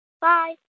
Bye